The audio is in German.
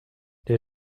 der